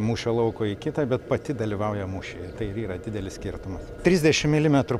mūšio lauko į kitą bet pati dalyvauja mūšyje tai ir yra didelis skirtumas trisdešim milimetrų